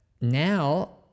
now